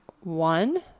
one